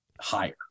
Higher